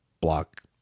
block